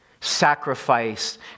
sacrifice